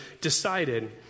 decided